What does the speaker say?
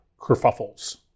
kerfuffles